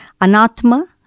Anatma